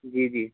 جی جی